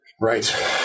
Right